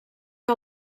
que